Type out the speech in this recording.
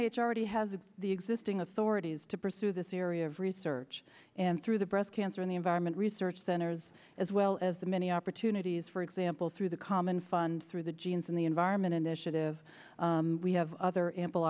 it's already has the existing authorities to pursue this area of research and through the breast cancer in the environment research centers as well as the many opportunities for example through the common fund through the genes in the environment initiative we have other ample